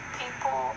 people